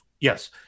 Yes